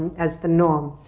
as the norm.